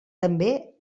també